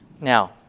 Now